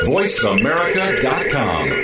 VoiceAmerica.com